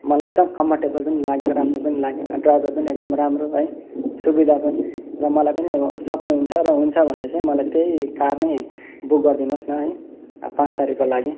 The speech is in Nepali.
मलाई एकदम कम्फोर्टेबल पनि लाग्यो राम्रो पनि लाग्यो ड्राइभर पनि एकदम राम्रो है सुविधा पनि र मलाई पनि अब सक्नुहुन्छ र हुन्छ भने चाहिँ मलाई त्यही कार नै बुक गरिदिनु होस् न है पाँच तारिकको लागि